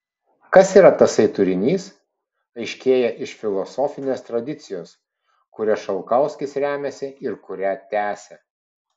kas yra tasai turinys aiškėja iš filosofinės tradicijos kuria šalkauskis remiasi ir kurią tęsia